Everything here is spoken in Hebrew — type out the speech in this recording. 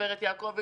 גברת יעקבי,